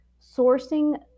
sourcing